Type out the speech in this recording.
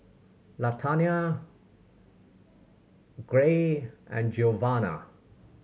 Latanya Gray and Giovanna